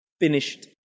finished